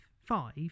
five